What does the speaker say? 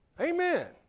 Amen